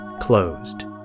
closed